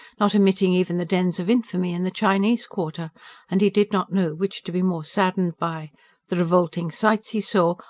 not omitting even the dens of infamy in the chinese quarter and he did not know which to be more saddened by the revolting sights he saw,